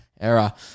era